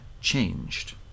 changed